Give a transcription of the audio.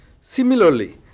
Similarly